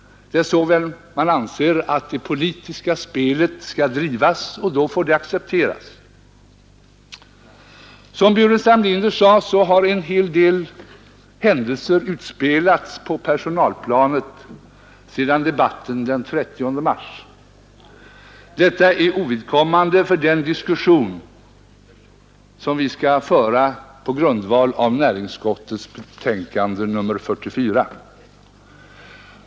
Det är väl så man anser att det politiska spelet skall drivas, och då får detta accepteras. Som herr Burenstam Linder sade, har en hel del händelser utspelats på personalplanet sedan debatten den 30 mars. Detta är ovidkommande för den diskussion vi skall föra på grundval av näringsutskottets betänkande nr 44.